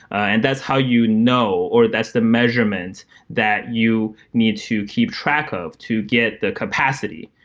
and that's how you know or that's the measurement that you need to keep track of to get the capacity,